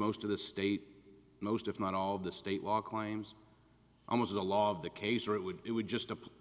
most of the state most if not all of the state law claims almost the law of the case or it would it would just appear